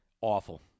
Awful